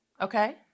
Okay